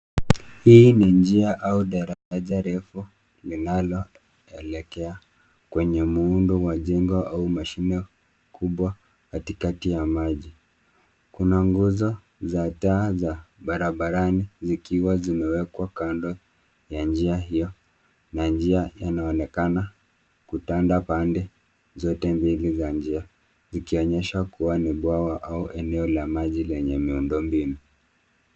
Hii ni njia au daraja refu, linaloelekea kwenye muundo wa jengo au mashine kubwa, katikati ya maji. Kuna nguzo za taa za barabarani, zikiwa zimewekwa kando ya njia hiyo, na njia yanaonekana kutanda pande zote mbili za njia. Ikionyesha kuwa ni bwawa au eneo la maji lenye miundombinu.